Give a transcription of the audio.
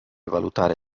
valutare